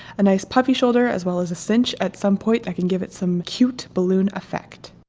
a nice puffy shoulder as well as a cinch at some point. i can give it some cute balloon effect.